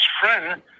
friend